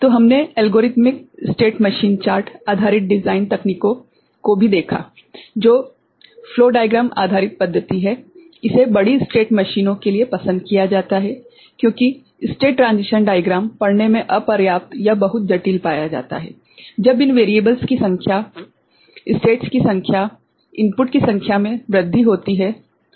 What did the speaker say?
तो हमने algorithmic state machine chart आधारित डिज़ाइन तकनीकों को भी देखा जो एक प्रवाह आरेख आधारित पद्धति है इसे बड़ी स्टेट मशीनों के लिए पसंद किया जाता है क्योंकि स्टेट ट्रांसिशन डाइग्राम पढ़ने मेँ अपर्याप्त या बहुत जटिल पाया जाता है जब इन चरों की संख्या स्टेट्स की संख्या इनपुट की संख्या में वृद्धि होती है ठीक है